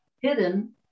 hidden